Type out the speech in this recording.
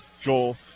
Joel